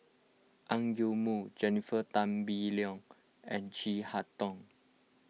Ang Yoke Mooi Jennifer Tan Bee Leng and Chin Harn Tong